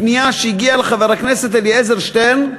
פנייה שהגיעה לחבר הכנסת אלעזר שטרן.